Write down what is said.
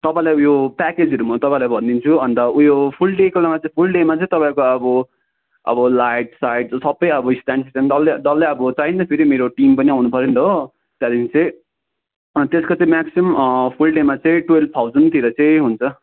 तपाईँलाई यो प्याकेजहरू म तपाईँलाई भनिदिन्छु अन्त उयो फुल डेको नभए चाहिँ फुल डेमा चाहिँ तपाईँहको अब अब लाइट साइट ऊ सबै अब स्ट्यान्ड सिस्टान्ड अब डल्लै डल्लै अब चाहिन्न फेरि मेरो टिम पनि त आउनु पर्यो नि त हो त्यहाँदेखि चाहिँ त्यसको चाहिँ म्याक्सिमम् फुल डेमा चाहिँ टुवेल्भ थाउजन्डतिर चाहिँ हुन्छ